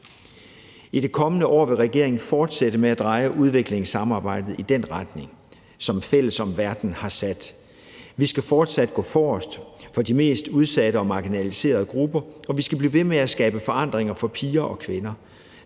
I det kommende år vil regeringen fortsætte med at dreje udviklingssamarbejdet i den retning, som »Fælles om Verden« har sat. Vi skal fortsat gå forrest for de mest udsatte og marginaliserede grupper, og vi skal blive ved med at skabe forandringer for piger og kvinder.